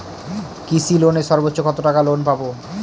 কৃষি লোনে সর্বোচ্চ কত টাকা লোন পাবো?